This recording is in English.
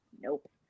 Nope